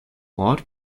ort